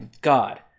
God